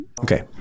Okay